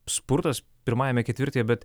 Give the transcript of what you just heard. spurtas pirmajame ketvirtyje bet